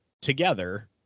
together